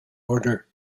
order